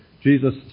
Jesus